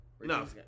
No